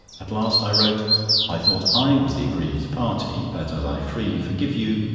at last i wrote i thought i was the aggrieved party but as i freely forgive you,